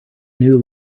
new